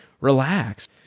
relax